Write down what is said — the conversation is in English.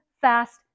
fast